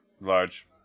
Large